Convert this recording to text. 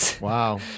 Wow